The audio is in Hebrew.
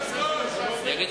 רבה.